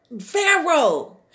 Pharaoh